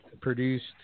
produced